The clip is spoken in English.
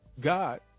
God